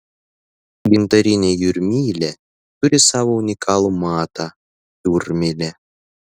gintarinė jūrmylė turi savo unikalų matą jūrmylę